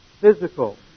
physical